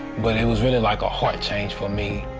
but it was really like a heart change for me,